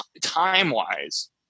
time-wise